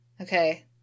Okay